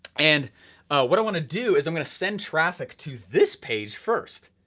and what i wanna do is i'm gonna send traffic to this page first,